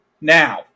Now